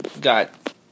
got